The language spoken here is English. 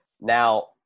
Now